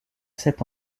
cet